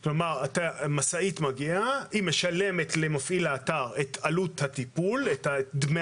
כשמשאית מגיעה היא משלמת למפעיל האתר את עלות הטיפול ואת דמי